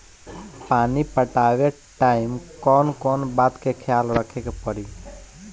पानी पटावे टाइम कौन कौन बात के ख्याल रखे के पड़ी?